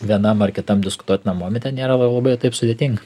vienam ar kitam diskutuotinam momente nėra labai taip sudėtinga